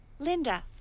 Linda